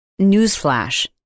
newsflash